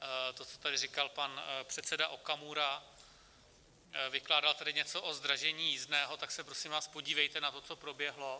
To, co tady říkal pan předseda Okamura, vykládal tady něco o zdražení jízdného, tak se prosím vás podívejte na to, co proběhlo.